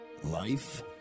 life